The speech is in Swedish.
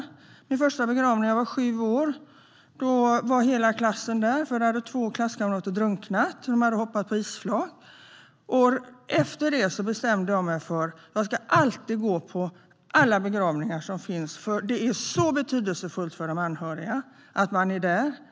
Jag var på min första begravning när jag var sju år. Hela klassen var där, för två klasskamrater hade drunknat när de hade hoppat på isflak. Efter det bestämde jag mig för att alltid gå på alla begravningar, för det är så betydelsefullt för de anhöriga att man är där.